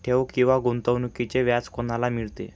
ठेव किंवा गुंतवणूकीचे व्याज कोणाला मिळते?